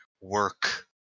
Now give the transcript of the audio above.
work